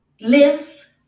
live